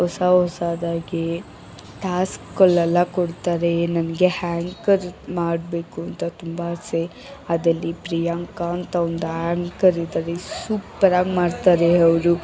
ಹೊಸ ಹೊಸದಾಗಿ ಟಾಸ್ಕ್ಗಳೆಲ್ಲ ಕೊಡ್ತಾರೆ ನನಗೆ ಹ್ಯಾಂಕರ್ ಮಾಡಬೇಕು ಅಂತ ತುಂಬ ಆಸೆ ಅದಲ್ಲಿ ಪ್ರಿಯಾಂಕ ಅಂತ ಒಂದು ಆಂಕರ್ ಇದ್ದಾರೆ ಸೂಪರ್ ಆಗಿ ಮಾಡ್ತಾರೆ ಅವ್ರು